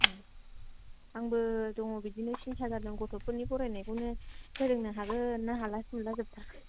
आंबो दङ बिदिनो सिन्ता जादों गथ'फोरनि फरायनायखौनो फोरोंनो हागोन ना हालासो मोनला जोबथारबाय